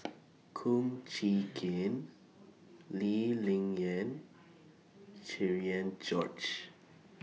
Kum Chee Kin Lee Ling Yen Cherian George